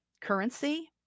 currency